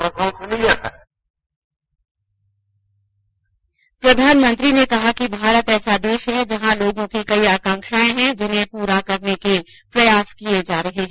प्रधानमंत्री ने कहा कि भारत ऐसा देश है जहां लोगों की कई आकांक्षाएं हैं जिन्हें पूरा करने के प्रयास किए जा रहे हैं